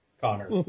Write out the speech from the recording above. Connor